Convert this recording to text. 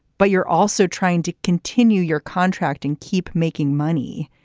but you're also trying to continue your contracting, keep making money.